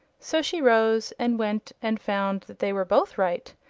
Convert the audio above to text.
so she rose and went and found that they were both right,